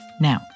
Now